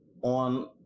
on